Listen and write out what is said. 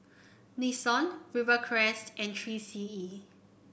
Nixon Rivercrest and Three C E